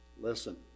Listen